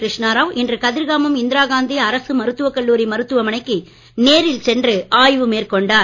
கிருஷ்ணாராவ் இன்று கதிர்காமம் இந்திரா காந்தி அரசு மருத்துவக் கல்லூரி மருத்துவமனைக்கு நேரில் சென்று ஆய்வு மேற்கொண்டார்